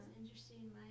interesting